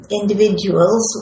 individuals